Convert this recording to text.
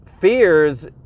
fears